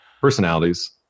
Personalities